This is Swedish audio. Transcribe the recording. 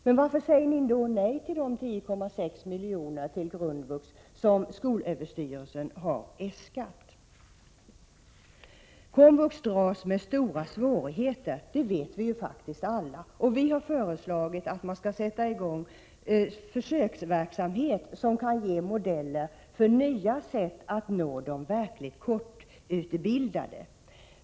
Men varför säger ni då nej till de 10,6 milj.kr. till grundvux som skolöverstyrelsen har äskat? Vi vet alla att komvux dras med stora svårigheter. Vi har föreslagit att man skall starta en försöksverksamhet som kan ge modeller för nya sätt att nå de verkligt korttidsutbildade.